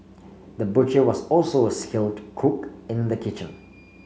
the butcher was also a skilled cook in the kitchen